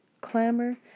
clamor